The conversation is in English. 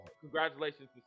congratulations